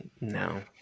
No